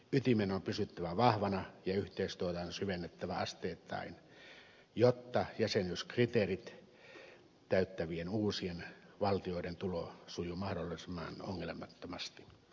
ytimen on pysyttävä vahvana ja yhteistyötä on syvennettävä asteittain jotta jäsenyyskriteerit täyttävien uusien valtioiden tulo sujuu mahdollisimman ongelmattomasti